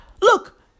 look